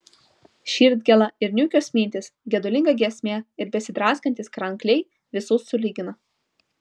širdgėla ir niūkios mintys gedulinga giesmė ir besidraskantys krankliai visus sulygina